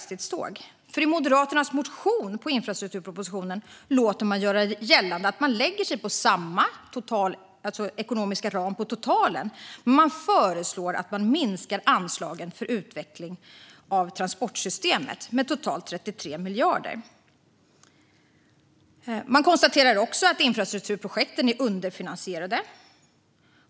I Moderaternas motion på infrastrukturpropositionen vill man nämligen göra gällande att man håller sig till samma ekonomiska ram totalt sett men föreslår samtidigt en minskning av anslagen för utveckling av transportsystemet med totalt 33 miljarder. Man konstaterar också att infrastrukturprojekten är underfinansierade.